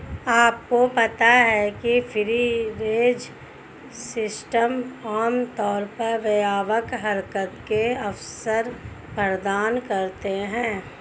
आपको पता है फ्री रेंज सिस्टम आमतौर पर व्यापक हरकत के अवसर प्रदान करते हैं?